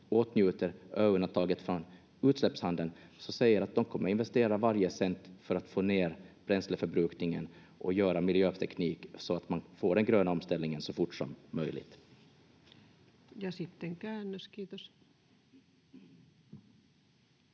och åtnjuter ö-undantaget från utsläppshandeln att de kommer investera varje cent för att få ner bränsleförbrukningen och göra miljöteknik så att man får den gröna omställningen så fort som möjligt. [Tulkki esittää